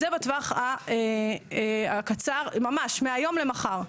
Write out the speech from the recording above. זה בטווח הקצר, ממש, מהיום למחר.